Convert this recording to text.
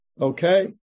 Okay